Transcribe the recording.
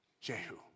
Jehu